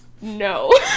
no